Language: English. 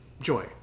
joy